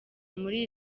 muri